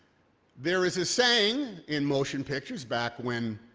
there is a saying in motion pictures, back when